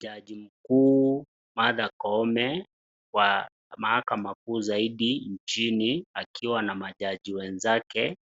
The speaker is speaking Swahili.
Jaji mkuu Martha Koome wa mahakama kuu zaidi nchini akiwa na majaji wenzake,